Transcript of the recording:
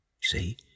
see